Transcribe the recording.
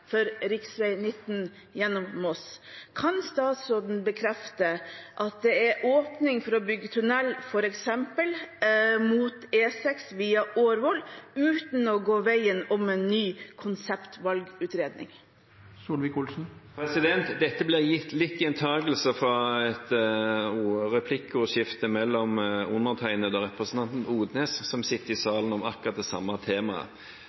å bygge en tunnel mot E6 via Årvoll uten å gå veien om en ny konseptvalgutredning?» Dette blir litt gjentakelser fra et replikkordskifte mellom undertegnede og representanten Odnes, som sitter i salen, om akkurat det samme temaet.